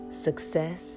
success